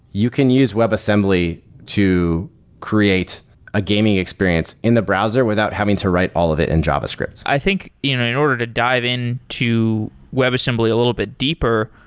you can use webassembly to create a gaming experience in the browser without having to write all of it in javascript. i think in in order to dive in to webassembly a little bit deeper,